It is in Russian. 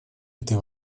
этой